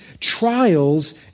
trials